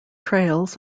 trails